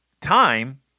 time